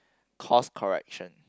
course correction